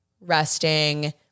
resting